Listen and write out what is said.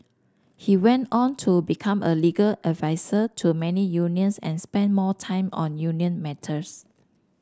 he went on to become a legal advisor to many unions and spent more time on union matters